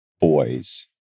boys